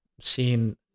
seen